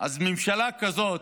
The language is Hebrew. אז ממשלה כזאת,